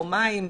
יומיים,